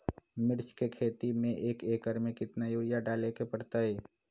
मिर्च के खेती में एक एकर में कितना यूरिया डाले के परतई?